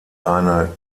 eine